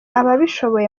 ababishoboye